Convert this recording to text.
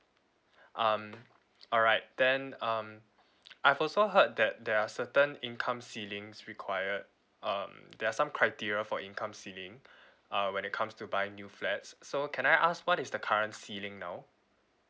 um alright then um I've also heard that there are certain income ceilings required um there are some criteria for income ceiling uh when it comes to buy new flats so can I ask what is the current ceiling now